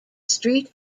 street